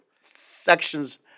sections